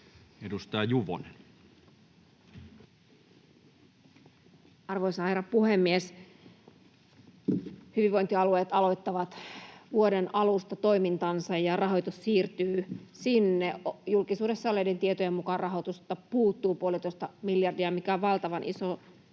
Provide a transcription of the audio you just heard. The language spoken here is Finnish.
17:23 Content: Arvoisa herra puhemies! Hyvinvointialueet aloittavat vuoden alusta toimintansa, ja rahoitus siirtyy sinne. Julkisuudessa olleiden tietojen mukaan rahoitusta puuttuu puolitoista miljardia, mikä on valtavan iso